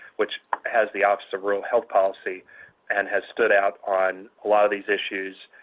which has the office of rural health policy and has stood out on a lot of these issues,